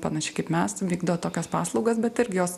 panašiai kaip mes vykdo tokias paslaugas bet irgi jos